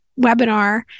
webinar